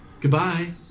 Goodbye